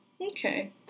Okay